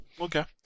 Okay